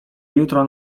jutro